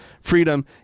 freedom